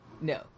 No